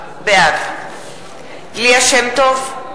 בעד ליה שמטוב,